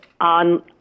on